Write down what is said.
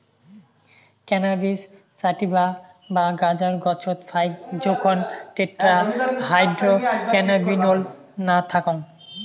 cannabis sativa বা গাঁজার গছত ফাইক জোখন টেট্রাহাইড্রোক্যানাবিনোল না থাকং